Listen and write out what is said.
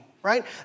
right